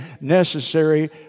necessary